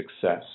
success